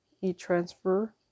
e-transfer